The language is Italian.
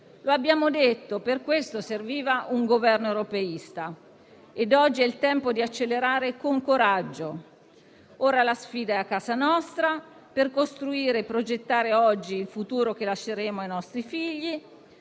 Lo abbiamo detto, per questo serviva un Governo europeista; e oggi è il tempo di accelerare con coraggio. Ora la sfida è a casa nostra, per costruire e progettare oggi il futuro che lasceremo ai nostri figli,